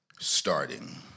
starting